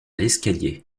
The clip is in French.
l’escalier